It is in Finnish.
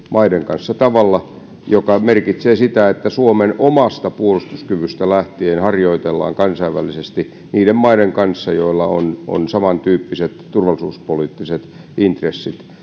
maiden kanssa tavalla joka merkitsee sitä että suomen omasta puolustuskyvystä lähtien harjoitellaan kansainvälisesti niiden maiden kanssa joilla on on samantyyppiset turvallisuuspoliittiset intressit